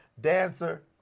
dancer